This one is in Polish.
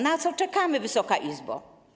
Na co czekamy, Wysoka Izbo?